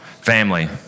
Family